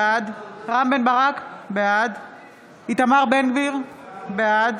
בעד רם בן ברק, בעד איתמר בן גביר, בעד